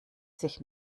sich